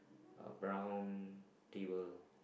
a brown table